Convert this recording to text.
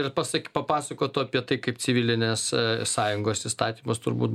ir pasak papasakotų apie tai kaip civilinės sąjungos įstatymas turbūt